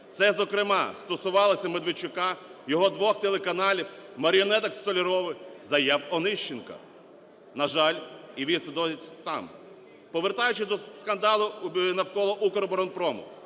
це, зокрема, стосувалося Медведчука, його двох телеканалів, маріонеток Столярових, заяв Онищенка. На жаль, а віз і нині там. Повертаючись до скандалу навколо "Укроборонпрому",